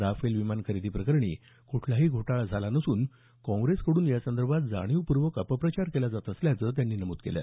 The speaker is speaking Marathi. राफेल विमान खरेदी प्रकरणी कुठलाही घोटाळा झाला नसून काँग्रेसकडून यासंदर्भात जाणीवपूर्वक अपप्रचार केला जात असल्याचं त्यांनी नमूद केलं